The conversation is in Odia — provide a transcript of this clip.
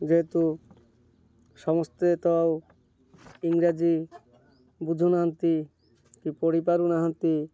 ଯେହେତୁ ସମସ୍ତେ ତ ଆଉ ଇଂରାଜୀ ବୁଝୁନାହାନ୍ତି କି ପଢ଼ି ପାରୁନାହାନ୍ତି